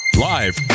live